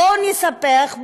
בואו נספח,